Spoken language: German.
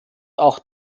auch